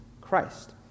Christ